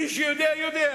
מי שיודע יודע.